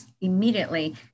immediately